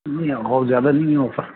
نہیں اور زیادہ نہیں ہے آفر ہے